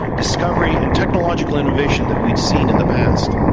discovery and technological innovation that we've seen in the past.